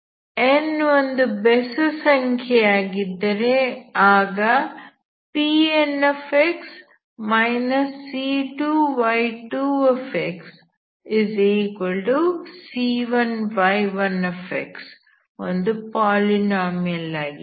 n ಒಂದು ಬೆಸಸಂಖ್ಯೆಯಾಗಿದ್ದರೆ ಆಗ Pnx C2y2xC1y1x ಒಂದು ಪಾಲಿನೋಮಿಯಲ್ ಆಗಿದೆ